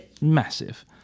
massive